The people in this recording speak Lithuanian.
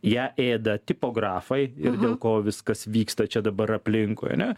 ją ėda tipografai ir dėl ko viskas vyksta čia dabar aplinkui ane